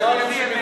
זה מה שהוא אמר.